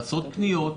לעשות קניות.